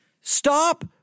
Stop